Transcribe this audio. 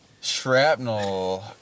Shrapnel